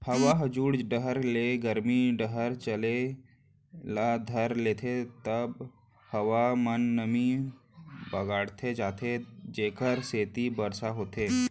हवा ह जुड़ डहर ले गरमी डहर चले ल धर लेथे त हवा म नमी बाड़गे जाथे जेकर सेती बरसा होथे